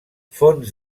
fonts